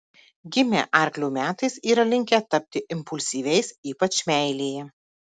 gimę arklio metais yra linkę tapti impulsyviais ypač meilėje